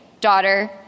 daughter